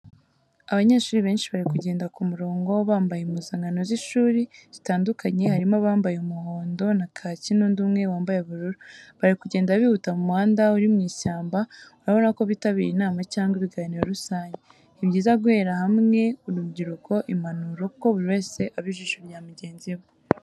Abanyeshuri benshi bari kugenda ku murongo, bambaye impuzankano z’ishuri zitandukanye harimo abambaye umuhondo na kaki n'undi umwe wambaye ubururu. Bari kugenda bihuta mu muhanda uri mu ishyamba, urabona ko bitabiriye inama cyangwa ibiganiro rusange. Ni byiza guhera hamwe urubyiruko impanuro, kuko buri wese aba ijisho rya mugenzi we.